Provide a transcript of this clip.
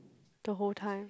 the whole time